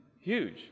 huge